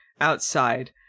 outside